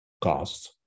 costs